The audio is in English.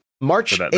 March